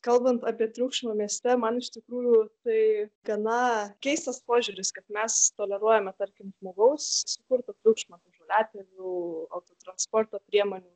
kalbant apie triukšmą mieste man iš tikrųjų tai gana keistas požiūris kad mes toleruojame tarkim žmogaus sukurtą triukšmą tai žoliapjovių transporto priemonių